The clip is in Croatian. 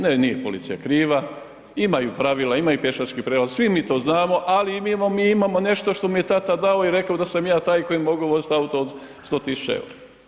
Ne nije policija kriva, imaju pravila ima i pješački prijelaz, svi mi to znamo ali mi imamo nešto što mi je tata dao i rekao da sam ja taj koji mogu voziti auto od 100 tisuća eura.